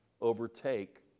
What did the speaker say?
overtake